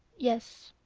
yes.